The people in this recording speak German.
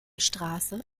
straße